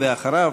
ואחריו,